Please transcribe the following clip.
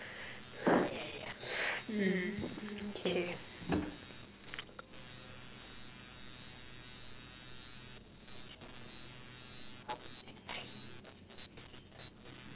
mm okay